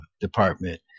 department